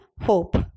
hope